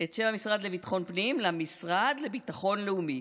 לביטחון פנים למשרד לביטחון לאומי.